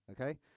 okay